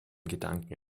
gedanken